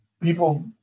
people